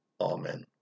amen